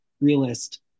realist